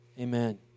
amen